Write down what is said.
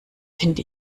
finde